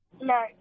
No